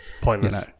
pointless